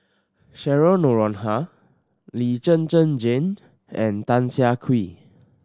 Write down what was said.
Cheryl Noronha Lee Zhen Zhen Jane and Tan Siah Kwee